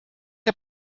que